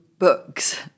Books